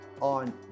on